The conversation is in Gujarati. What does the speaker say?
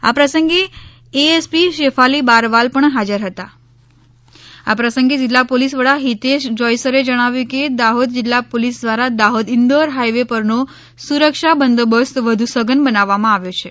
આ પ્રસંગે એએસપી શૈફાલી બારવાલ પણ હાજર હતા આ પ્રસંગે જિલ્લા પોલીસ વડા હિતેશ જોયસરે જણાવ્યું કે દાહોદ જિલ્લા પોલીસ દ્વારા દાહોદ ઇન્દોર હાઇવે પરનો સુરક્ષા બંદોબસ્ત વધુ સઘન બનાવવામાં આવ્યો છે